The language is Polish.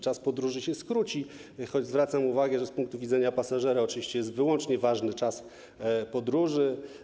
Czas podróży się skróci, choć zwracam uwagę, że z punktu widzenia pasażera oczywiście ważny jest wyłącznie czas podróży.